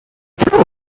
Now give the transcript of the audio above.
für